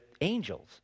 angels